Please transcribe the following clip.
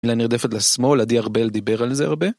לנרדפת לשמאל עדי ארבל דיבר על זה הרבה.